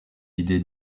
idées